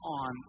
on